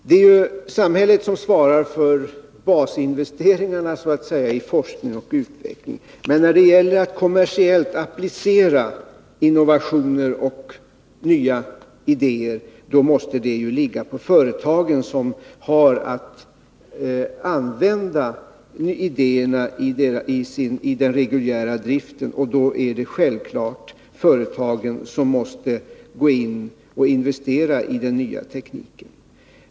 Det är samhället som svarar för basinvesteringarna i forskning och utveckling, men ansvaret för att kommersiellt applicera innovationer och nya idéer måste ligga på företagen, som har att förverkliga idéerna i den reguljära driften. Därför är det självfallet företagen som måste gå in och investera i den nya tekniken.